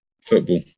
football